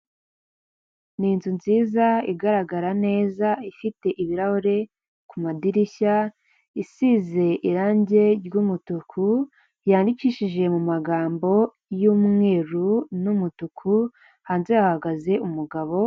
Ni inzu nziza igaragara neza ifite ibirahure kumadirishya, isize irangi ry’ umutuku ryandikishije mu amagambo yumweru n’umutuku hanze hahagaze umugabo.